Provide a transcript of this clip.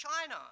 China